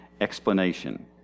explanation